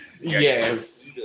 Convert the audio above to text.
Yes